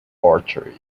archery